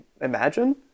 imagine